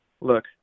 look